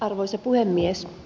arvoisa puhemies